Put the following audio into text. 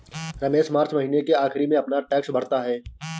Ramesh March महीने के आखिरी में अपना टैक्स भरता है